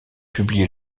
publié